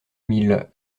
mille